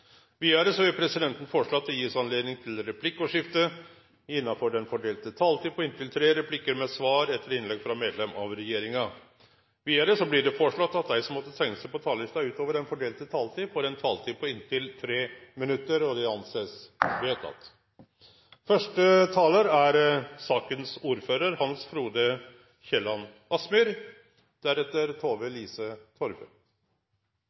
Videre vil presidenten foreslå at det gis anledning til replikkordskifte på inntil tre replikker med svar etter innlegg fra medlem av regjeringen innenfor den fordelte taletid. Videre blir det foreslått at de som måtte tegne seg på talerlisten utover den fordelte taletid, får en taletid på inntil 3 minutter. – Det anses vedtatt.